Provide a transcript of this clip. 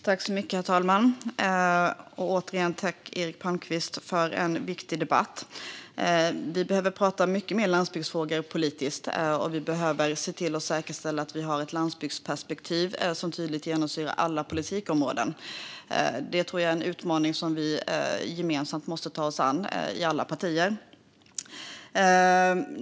Herr talman! Återigen tack, Erik Palmqvist, för en viktig debatt! Vi behöver prata mycket mer landsbygdsfrågor politiskt, och vi behöver säkerställa att vi har ett landsbygdsperspektiv som tydligt genomsyrar alla politikområden. Det tror jag är en utmaning som vi gemensamt i alla partier måste ta oss an.